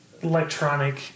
electronic